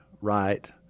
right